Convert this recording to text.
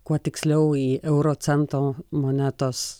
kuo tiksliau į euro cento monetos